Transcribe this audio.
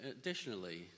additionally